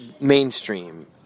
mainstream